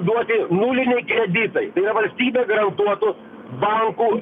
duoti nuliniai kreditai valstybė garantuotų bankų